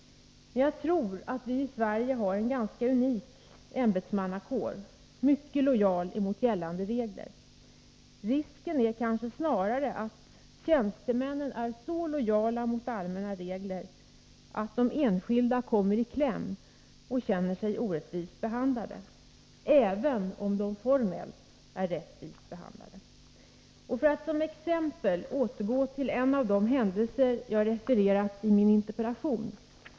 Men jag tror att vi i Sverige har en ganska unik ämbetsmannakår; den är mycket lojal mot gällande regler. Risken är kanske snarare att tjänstemännen är så lojala mot allmänna regler att de enskilda kommer i kläm och känner sig orättvist behandlade — även om de formellt är rättvist behandlade. Jag vill som exempel återgå till en av de händelser jag refererat i min interpellation.